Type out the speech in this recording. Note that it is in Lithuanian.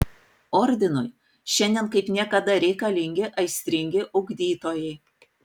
ordinui šiandien kaip niekada reikalingi aistringi ugdytojai